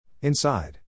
Inside